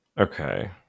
Okay